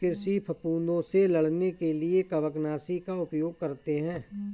कृषि फफूदों से लड़ने के लिए कवकनाशी का उपयोग करते हैं